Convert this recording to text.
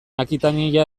akitania